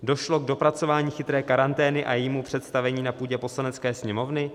Došlo k dopracování chytré karantény a jejímu představení na půdě Poslanecké sněmovny?